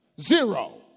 Zero